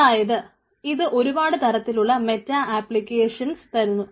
അതായത് ഇത് ഒരുപാട് തരത്തിലുള്ള മെറ്റാ ആപ്ലിക്കേഷൻസ് തരുന്നു